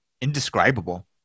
indescribable